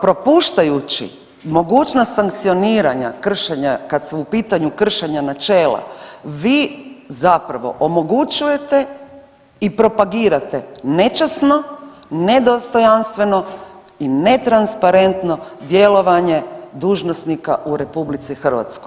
Propuštajući mogućnost sankcioniranja, kršenja kad su u pitanju kršenja načela vi zapravo omogućujete i propagirate nečasno, nedostojanstveno i netransparentno djelovanje dužnosnika u RH.